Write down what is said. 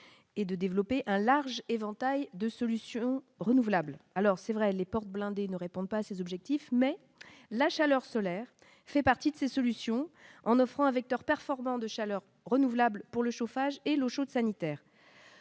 et de développer un large éventail de solutions renouvelables alors c'est vrai, les portes blindées ne répond pas à ces objets. Chiffre mais la chaleur solaire fait partie de ces solutions en offrant à vecteur performant de chaleur renouvelable pour le chauffage et l'eau chaude sanitaire